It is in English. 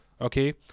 okay